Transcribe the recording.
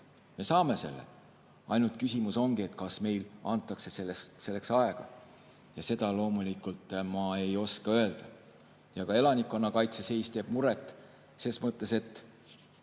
Me saame selle. Ainult küsimus ongi, kas meile antakse selleks aega, ja seda loomulikult ma ei oska öelda. Ja ka elanikkonnakaitse seis teeb muret – selles mõttes, et